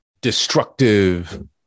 destructive